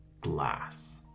glass